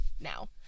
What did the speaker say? now